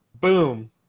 boom